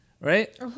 right